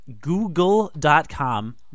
google.com